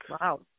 Wow